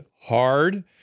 hard